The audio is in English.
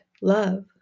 love